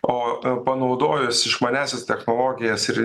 o panaudojus išmaniąsias technologijas ir